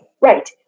Right